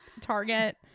Target